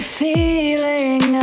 feeling